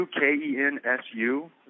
K-E-N-S-U